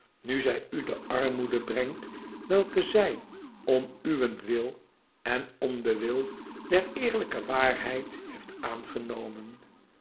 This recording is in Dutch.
nu zij u de armoede brengt welke zij om uwentwil en om den wil der eerlijke waarheid heeft aangenomen